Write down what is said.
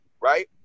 Right